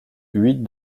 huit